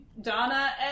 Donna